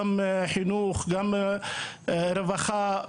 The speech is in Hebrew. בריאות, רווחה.